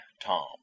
Tom